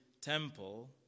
temple